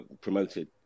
promoted